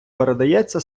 передається